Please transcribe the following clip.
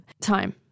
time